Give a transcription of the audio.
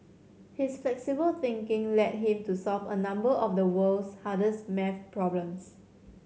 his flexible thinking led him to solve a number of the world's hardest maths problems